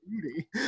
beauty